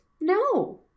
no